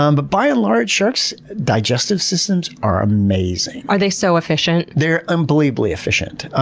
um but by and large sharks' digestive systems are amazing. are they so efficient? they're unbelievably efficient,